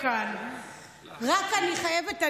אני רק חייבת,